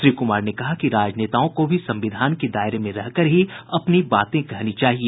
श्री कुमार ने कहा कि राजनेताओं को भी संविधान के दायरे में रहकर ही अपनी बातें कहनी चाहिए